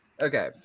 Okay